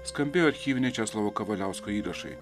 skambėjo archyviniai česlovo kavaliausko įrašai